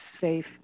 safe